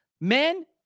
Men